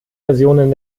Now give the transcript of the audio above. versionen